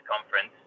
conference